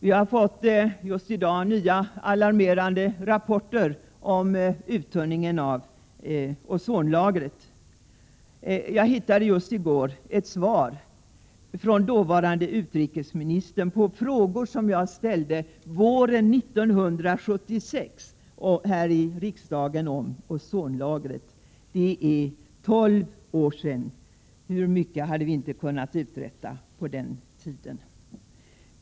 Vi har just i dag fått nya alarmerande rapporter om uttunningen av ozonlagret. Jag hittade i går ett svar från dåvarande jordbruksministern på frågor som jag ställde våren 1976 här i riksdagen om ozonlagret. Det är tolv år sedan. Hur mycket hade vi inte kunnat uträtta under denna tid om viljan hade funnits?